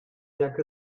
jak